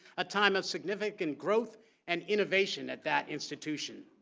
a time of significant growth and innovation at that institution.